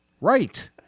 Right